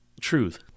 truth